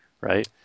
right